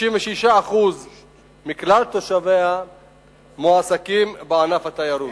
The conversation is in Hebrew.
36% מכלל תושביה מועסקים בענף התיירות.